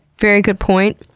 very good point.